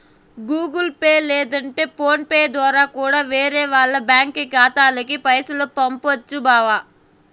Google Pay లేదంటే PhonePe దోరా కూడా వేరే వాల్ల బ్యాంకి ఖాతాలకి పైసలు పంపొచ్చు బావా